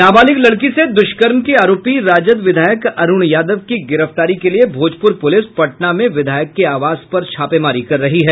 नाबालिग लड़की से दुष्कर्म के आरोपी राजद विधायक अरूण यादव की गिरफ्तारी के लिये भोजपुर पुलिस पटना में विधायक के आवास पर छापेमारी कर रही है